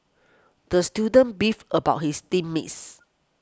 the student beefed about his team mates